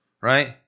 right